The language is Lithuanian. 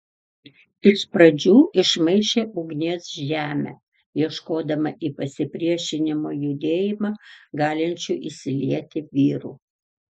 iš pradžių išmaišė ugnies žemę ieškodama į pasipriešinimo judėjimą galinčių įsilieti vyrų